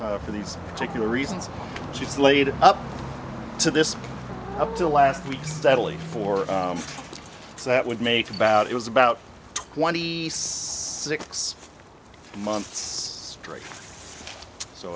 like for these particular reasons she's laid up to this up to last week's steadily for us that would make about it was about twenty six months straight so